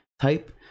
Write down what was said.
type